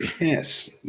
Yes